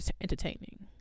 entertaining